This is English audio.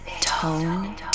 Tone